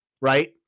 right